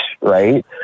right